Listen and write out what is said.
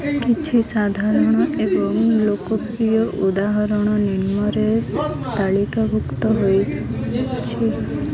କିଛି ସାଧାରଣ ଏବଂ ଲୋକପ୍ରିୟ ଉଦାହରଣ ନିମ୍ନରେ ତାଲିକାଭୁକ୍ତ ହୋଇଛି